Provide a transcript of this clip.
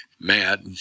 mad